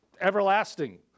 everlasting